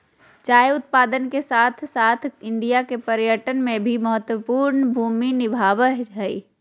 चाय उत्पादन के साथ साथ इंडिया के पर्यटन में भी महत्वपूर्ण भूमि निभाबय हइ